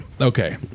Okay